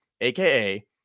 aka